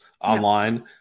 online